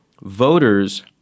voters